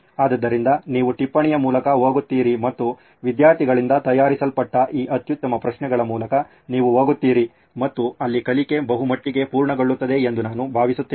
ಆದ್ದರಿಂದ ನೀವು ಟಿಪ್ಪಣಿಯ ಮೂಲಕ ಹೋಗುತ್ತೀರಿ ಮತ್ತು ವಿದ್ಯಾರ್ಥಿಗಳಿಂದ ತಯಾರಿಸಲ್ಪಟ್ಟ ಈ ಅತ್ಯುತ್ತಮ ಪ್ರಶ್ನೆಗಳ ಮೂಲಕ ನೀವು ಹೋಗುತ್ತೀರಿ ಮತ್ತು ಅಲ್ಲಿ ಕಲಿಕೆ ಬಹುಮಟ್ಟಿಗೆ ಪೂರ್ಣಗೊಳ್ಳುತ್ತದೆ ಎಂದು ನಾನು ಭಾವಿಸುತ್ತೇನೆ